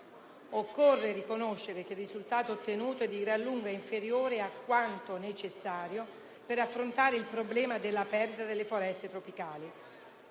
Occorre riconoscere, infatti, che il risultato ottenuto è di gran lunga inferiore a quanto necessario per affrontare il problema della perdita delle foreste tropicali.